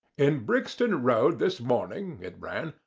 in brixton road, this morning, it ran,